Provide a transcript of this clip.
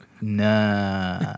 Nah